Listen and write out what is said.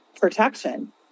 protection